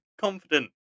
confident